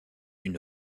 une